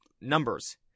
numbers